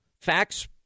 facts